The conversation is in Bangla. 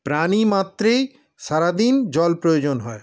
প্রাণী মাত্রেই সারাদিন জল প্রয়োজন হয়